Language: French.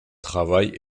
travail